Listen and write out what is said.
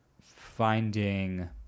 finding